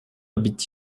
habitent